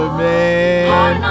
man